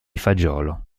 fagiolo